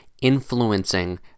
influencing